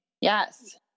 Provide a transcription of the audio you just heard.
Yes